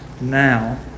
now